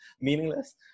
meaningless